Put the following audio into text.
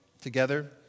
together